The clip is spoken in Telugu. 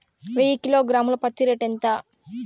వెయ్యి కిలోగ్రాము ల పత్తి రేటు ఎంత?